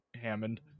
hammond